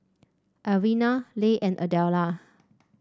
Elvina Leigh and Adella